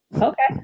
Okay